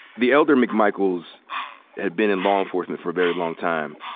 the elder mcmichaels had been in law enforcement for a very long time.